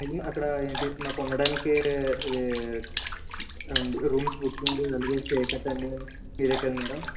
అక్కడ ఏంటీ మాకుండడానికీ ఇదీ రూమ్స్ బుకింగు అలగే స్టే కట్టా అన్నీ మీరే కదా మేడమ్